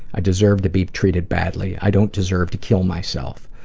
i deserve to be treated badly. i don't deserve to kill myself.